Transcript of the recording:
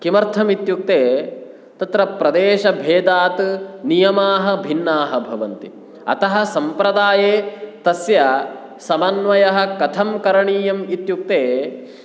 किमर्थमित्युक्ते तत्र प्रदेशभेदात् नियमाः भिन्नाः भवन्ति अतः सम्प्रदाये तस्य समन्वयः कथं करणीयम् इत्युक्ते